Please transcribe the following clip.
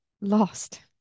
lost